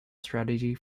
strategy